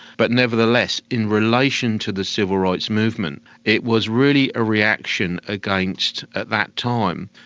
but nevertheless in relation to the civil rights movement it was really a reaction against, at that time,